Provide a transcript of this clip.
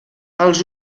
els